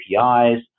APIs